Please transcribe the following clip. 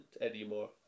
anymore